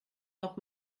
noch